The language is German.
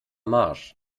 marsch